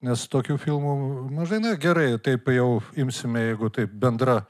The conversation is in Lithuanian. nes tokių filmų mažai na gerai taip jau imsime jeigu taip bendra